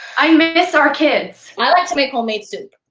i miss our kids. i like to make homemade soup,